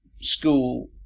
School